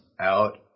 out